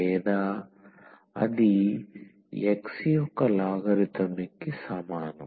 లేదా అది x యొక్క లాగరిథమిక్కు సమానం